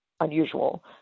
unusual